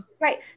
right